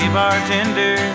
bartender